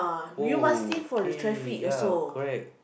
okay ya correct